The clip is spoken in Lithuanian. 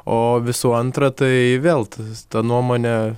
o visų antra tai vėl ta nuomonė